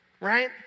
right